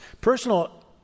personal